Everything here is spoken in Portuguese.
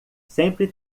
sempre